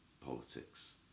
politics